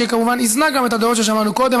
שכמובן גם איזנה את הדעות ששמענו קודם.